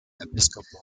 episcopal